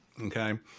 Okay